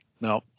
no